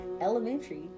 elementary